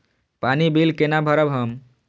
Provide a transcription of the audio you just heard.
पानी बील केना भरब हम?